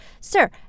Sir